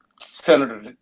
Senator